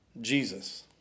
Jesus